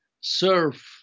serve